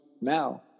Now